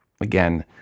again